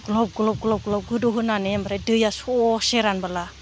ग्लब ग्लब ग्लब गोदौ होनानै ओमफ्राय दैया ससे रानोब्ला